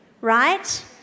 Right